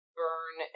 burn